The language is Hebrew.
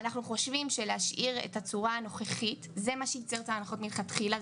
אנחנו חושבים שלהשאיר את הצורה הנוכחית זה מה שיצר את ההנחות מלכתחילה,